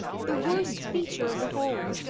the worst feature of the whole,